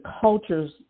cultures